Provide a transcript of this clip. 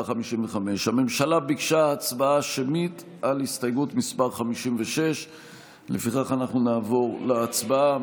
הממשלה ביקשה הצבעה שמית על הסתייגות מס' 56. לפיכך נעבור להצבעה.